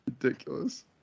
Ridiculous